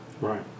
Right